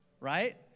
Right